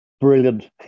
Brilliant